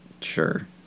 Sure